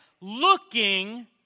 looking